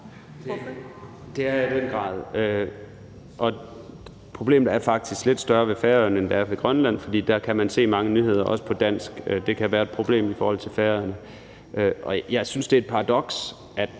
Det er jeg i den grad, og problemet er faktisk lidt større i forhold til Færøerne end Grønland, fordi man dér også kan se mange nyheder på dansk. Det kan være et problem i forhold til Færøerne. Jeg synes, det er et paradoks,